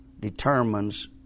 determines